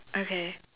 okay